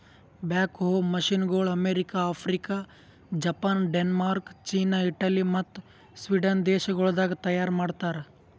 back ಹೋ ಮಷೀನಗೊಳ್ America, Africa, Japan, Denmark, China, Italy ಮತ್ತ ಸ್ವೀಡನ್ ದೇಶಗೊಳ್ದಾಗ್ ತೈಯಾರ್ ಮಾಡ್ತಾರ್